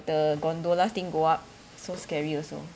the gondola thing go up so scary also